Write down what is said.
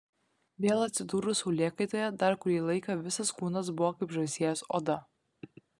vėl atsidūrus saulėkaitoje dar kurį laiką visas kūnas buvo kaip žąsies oda